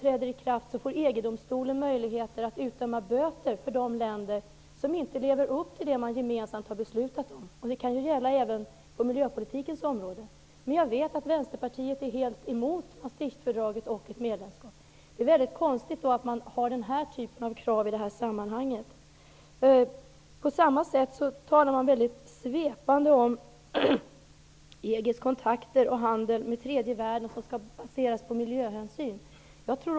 När domstolen möjlighet att utdöma böter för de länder som inte lever upp till det som man gemensamt beslutat om. Det kan gälla även på miljöpolitikens område. Eftersom jag vet att Vänsterpartiet är helt emot Maastrichtfördraget och ett medlemskap, tycker jag att det är mycket konstigt med den här typen av krav i detta sammanhang. På samma sätt talar man mycket svepande om EG:s kontakter och handel med tredje världen, vilka skall baseras på miljöhänsyn.